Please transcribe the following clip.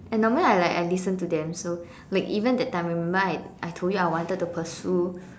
and normally I like I listen to them so like even that time remember I I told you I wanted to pursue